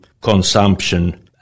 consumption